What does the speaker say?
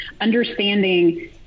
understanding